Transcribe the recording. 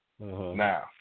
Now